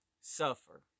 suffer